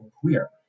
queer